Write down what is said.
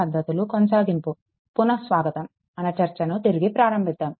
పునఃస్వాగతం మన చర్చను తిరిగి ప్రారంభిద్ధాము